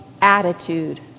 attitude